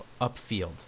upfield